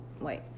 wait